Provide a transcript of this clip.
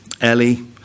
Ellie